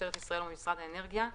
משטרת ישראל או משרד האנרגיה,